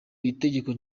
itegeko